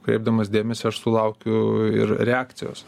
kreipdamas dėmesį aš sulaukiu ir reakcijos